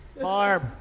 Barb